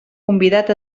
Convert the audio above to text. convidat